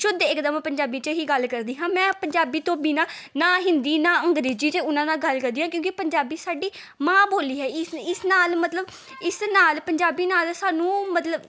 ਸ਼ੁੱਧ ਇੱਕਦਮ ਪੰਜਾਬੀ 'ਚ ਹੀ ਗੱਲ ਕਰਦੀ ਹਾਂ ਮੈਂ ਪੰਜਾਬੀ ਤੋਂ ਬਿਨਾਂ ਨਾ ਹਿੰਦੀ ਨਾ ਅੰਗਰੇਜ਼ੀ 'ਚ ਉਹਨਾਂ ਨਾਲ ਗੱਲ ਕਰਦੀ ਹਾਂ ਕਿਉਂਕਿ ਪੰਜਾਬੀ ਸਾਡੀ ਮਾਂ ਬੋਲੀ ਹੈ ਇਸ ਇਸ ਨਾਲ ਮਤਲਬ ਇਸ ਨਾਲ ਪੰਜਾਬੀ ਨਾਲ ਸਾਨੂੰ ਮਤਲਬ